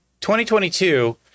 2022